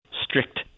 strict